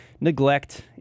neglect